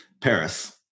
Paris